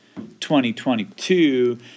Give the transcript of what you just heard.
2022